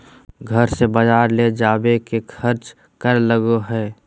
घर से बजार ले जावे के खर्चा कर लगो है?